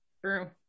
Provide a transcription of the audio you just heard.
True